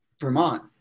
Vermont